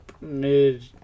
mid